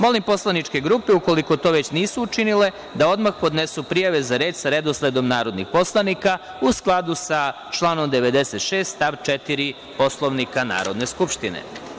Molim poslaničke grupe, ukoliko to već nisu učinile, da odmah podnesu prijave za reč sa redosledom narodnih poslanika u skladu sa članom 96. stav 4. Poslovnika Narodne skupštine.